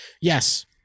Yes